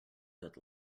good